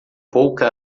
pouca